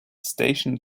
stationed